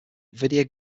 vida